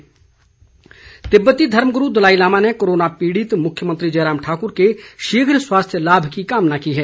दलाई लामा तिब्बती धर्मगुरू दलाई लामा ने कोरोना पीड़ित मुख्यमंत्री जयराम ठाकुर के शीघ्र स्वास्थ्य लाभ की कामना की है